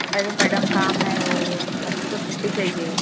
अरे मैडम काम है बच्चों को छुट्टी चाहिए